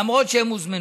למרות שהם הוזמנו.